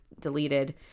deleted